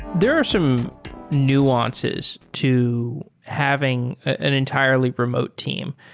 there are some nuances to having an entirely remote team.